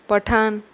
Pathan